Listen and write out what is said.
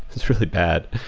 it's really bad.